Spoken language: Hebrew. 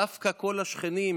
דווקא כל השכנים,